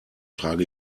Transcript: trage